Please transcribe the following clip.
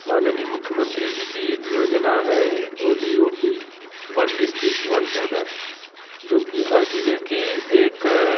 माननीय मुख्यमंत्री जी की एक योजना है O D O P one district one product जो कि हर ज़िले की एक